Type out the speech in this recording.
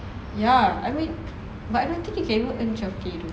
ya I mean but I don't think can even earn twelve K though